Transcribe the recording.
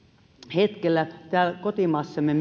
hetkellä täällä kotimaassamme